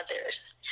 others